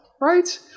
Right